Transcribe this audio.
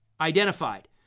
identified